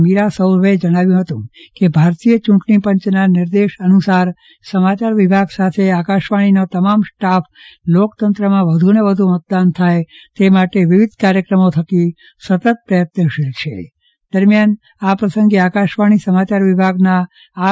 મીરા સોરભે જણાવ્યુ હતુ કે ભારતીય ચૂંટણી પંચના નિર્દેશન અનુસાર સમાચાર વિભાગ સાથે આકાશવાણીનો તમામ સ્ટાફ લોકતંત્રમાં વધ્ ને વધ્ય મતદાન થાય તે માટે વિવિધ કાર્ચક્રમો થકી સતત પ્રચત્નશીલ છે દરમિયાન આ પ્રસંગે આકાશવાણી સમાચાર વિભાગના આર